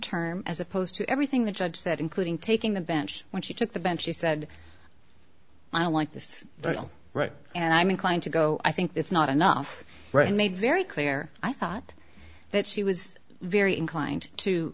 term as opposed to everything the judge said including taking the bench when she took the bench she said i don't like this deal right and i'm inclined to go i think it's not enough read made very clear i thought that she was very inclined to